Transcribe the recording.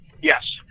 yes